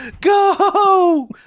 Go